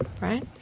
Right